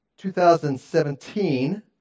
2017